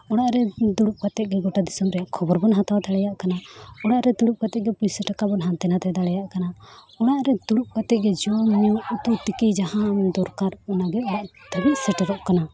ᱚᱲᱟᱜᱨᱮ ᱫᱩᱲᱩᱵ ᱠᱟᱛᱮᱜᱮ ᱜᱚᱴᱟ ᱫᱤᱥᱚᱢ ᱨᱮᱭᱟᱜ ᱠᱷᱚᱵᱚᱨᱵᱚᱱ ᱦᱟᱛᱟᱣ ᱫᱟᱲᱮᱭᱟᱜ ᱠᱟᱱᱟ ᱚᱲᱟᱜᱨᱮ ᱫᱩᱲᱩᱵ ᱠᱟᱛᱮᱫᱜᱮ ᱯᱚᱭᱥᱟᱼᱴᱟᱠᱟᱵᱚᱱ ᱦᱟᱱᱛᱮᱼᱱᱟᱛᱮ ᱫᱟᱲᱮᱭᱟᱜ ᱠᱟᱱᱟ ᱚᱲᱟᱜᱨᱮ ᱫᱩᱲᱩᱵ ᱠᱟᱛᱮᱫᱜᱮ ᱡᱚᱢᱼᱧᱩ ᱩᱛᱩ ᱛᱤᱠᱤ ᱡᱟᱦᱟᱸᱢ ᱫᱚᱨᱠᱟᱨ ᱚᱱᱟᱜᱮ ᱚᱲᱟᱜ ᱫᱷᱟᱹᱵᱤᱡ ᱥᱮᱴᱮᱨᱚᱜ ᱠᱟᱱᱟ